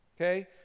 Okay